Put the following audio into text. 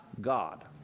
God